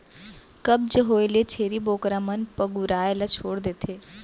कब्ज होए ले छेरी बोकरा मन पगुराए ल छोड़ देथे